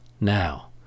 Now